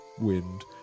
wind